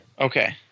Okay